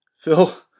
Phil